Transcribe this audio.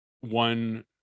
one